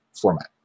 format